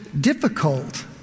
difficult